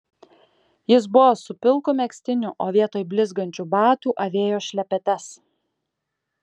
jis buvo su pilku megztiniu o vietoj blizgančių batų avėjo šlepetes